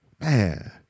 Man